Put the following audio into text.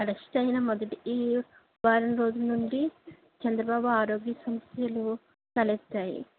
arrest అయిన మొదటి వారం రోజుల నుండి చంద్రబాబు ఆరోగ్య సమస్యలు తలెత్తాయి